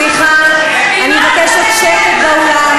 סליחה, אני מבקשת שקט באולם.